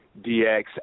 DX